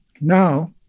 Now